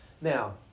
Now